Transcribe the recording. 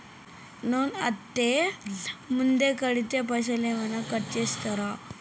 Loan అత్తే ముందే కడితే పైసలు ఏమైనా కట్ చేస్తరా?